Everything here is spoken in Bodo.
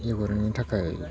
एवगोरनायनि थाखाय